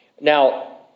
Now